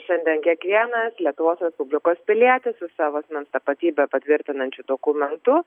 šiandien kiekvienas lietuvos respublikos pilietis su savo asmens tapatybę patvirtinančiu dokumentu